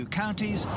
counties